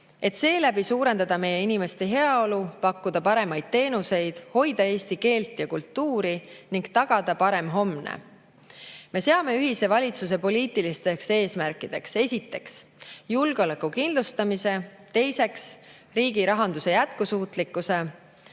et seeläbi suurendada meie inimeste heaolu, pakkuda paremaid teenuseid, hoida eesti keelt ja kultuuri ning tagada parem homne. Me seame ühise valitsuse poliitilisteks eesmärkideks, esiteks, julgeoleku kindlustamise, teiseks, riigirahanduse jätkusuutlikkuse,